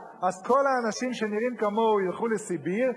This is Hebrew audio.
כל האנשים שנראים כמוהו ילכו לסיביר,